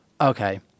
Okay